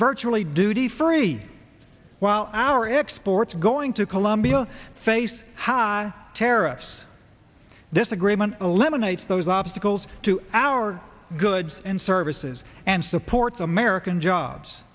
virtually duty free while our exports going to colombia face hi terrorists this agreement eliminates those obstacles to our goods and services and supports american jobs